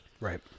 Right